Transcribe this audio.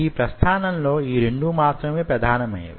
ఈ ప్రస్థానంలో ఈ రెండు మాత్రమే ప్రధానమైనవి